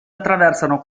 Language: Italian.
attraversano